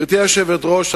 גברתי היושבת-ראש,